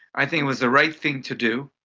i think it was the right thing to do.